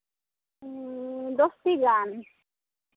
ᱫᱚᱥᱴᱤ ᱜᱟᱱ